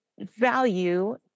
value